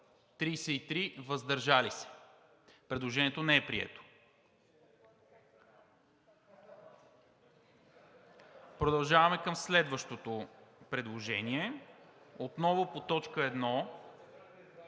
128, въздържали се 33. Предложението не е прието. Продължаваме към следващото предложение отново по т. 1.